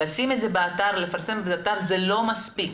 לשים את זה באתר, לפרסם באתר, זה לא מספיק.